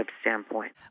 standpoint